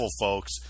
folks